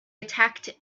attacked